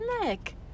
neck